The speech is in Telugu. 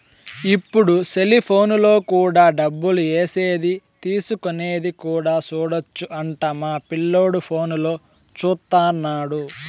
ఇప్పుడు సెలిపోనులో కూడా డబ్బులు ఏసేది తీసుకునేది కూడా సూడొచ్చు అంట మా పిల్లోడు ఫోనులో చూత్తన్నాడు